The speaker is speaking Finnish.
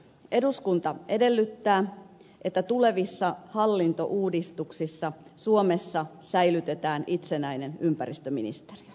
eduskunta edellyttää että tulevissa hallintouudistuksissa suomessa säilytetään itsenäinen ympäristöministeriö